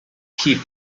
keep